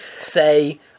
Say